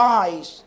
eyes